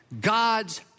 God's